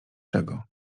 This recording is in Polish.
czego